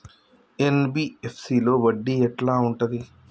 NBFC లో వడ్డీ ఎట్లా ఉంటది?